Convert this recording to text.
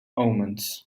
omens